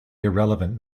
irrelevant